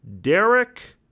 Derek